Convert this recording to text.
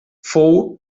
fou